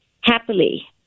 happily